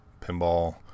pinball